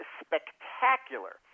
spectacular